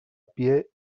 pie